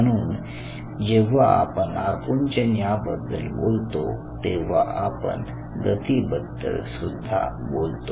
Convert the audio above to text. म्हणून जेव्हा आपण आकुंचन याबद्दल बोलतो तेव्हा आपण गती बद्दल सुद्धा बोलतो